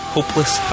Hopeless